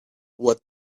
what